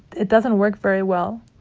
it doesn't work very well,